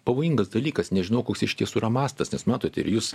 pavojingas dalykas nežinau koks iš tiesų yra mastas nes matote ir jūs